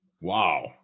Wow